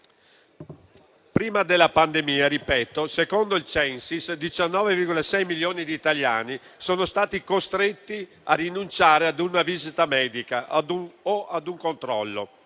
Prima della pandemia, secondo il Censis, 19,6 milioni di italiani sono stati costretti a rinunciare a una visita medica o ad un controllo